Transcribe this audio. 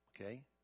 okay